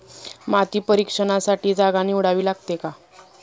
माती परीक्षणासाठी जागा निवडावी लागते का?